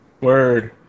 Word